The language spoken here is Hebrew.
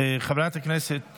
חברת הכנסת